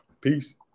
Peace